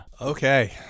Okay